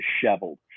disheveled